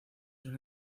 una